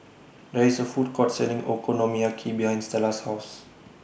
There IS A Food Court Selling Okonomiyaki behind Stella's House